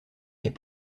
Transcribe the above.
est